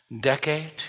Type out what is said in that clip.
decade